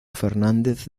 fernández